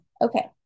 okay